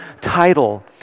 title